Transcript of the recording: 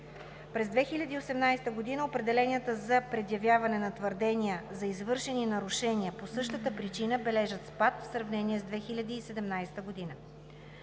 През 2018 г. определенията за предявяване на твърдения за извършени нарушения по същата причина бележат спад, в сравнение с 2017 г.